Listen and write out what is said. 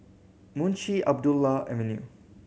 Munshi Abdullah Avenue